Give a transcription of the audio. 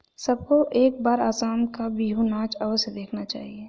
सबको एक बार असम का बिहू नाच अवश्य देखना चाहिए